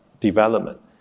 development